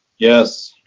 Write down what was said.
yes.